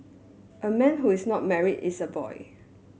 a man who is not married is a boy